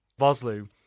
Vosloo